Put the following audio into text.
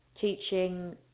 teaching